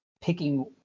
picking